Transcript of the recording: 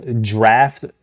draft